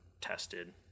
tested